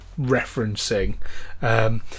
referencing